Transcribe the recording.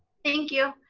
thank you,